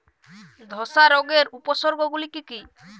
ধসা রোগের উপসর্গগুলি কি কি?